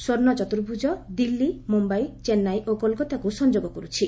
ସ୍ୱର୍ଷ୍ଣ ଚର୍ତୁଭୁଜ ଦିଲ୍ଲୀ ମୁମ୍ଭାଇ ଚେନ୍ନାଇ ଓ କୋଲକାତାକୁ ସଂଯୋଗ କରୁଛି